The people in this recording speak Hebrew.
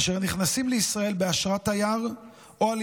אשר נכנסים לישראל באשרת תייר או על